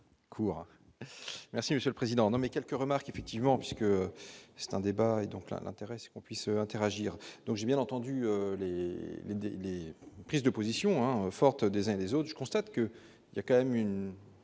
merci Monsieur le président, mes quelques remarques effectivement puisque c'est un débat est donc l'intérêt qu'on puisse interagir, donc j'ai bien entendu le défilé, prise de position forte des uns et des autres, je constate que, il y a quand même une